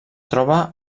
troba